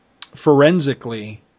forensically